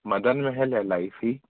Madan Mahal L I C